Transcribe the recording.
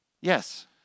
Yes